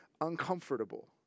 uncomfortable